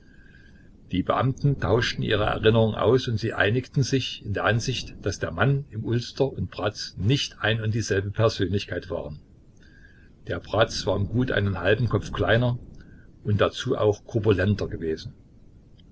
die beamten tauschten ihre erinnerungen aus und sie einigten sich in der ansicht daß der mann im ulster und bratz nicht ein und dieselbe persönlichkeit waren der bratz war um gut einen halben kopf kleiner und dazu auch korpulenter gewesen